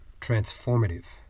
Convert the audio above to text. transformative